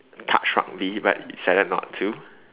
touch rugby but decided not to